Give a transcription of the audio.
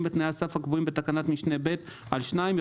בתנאי הסף הקבועים בתקנת משנה (ב) על שניים,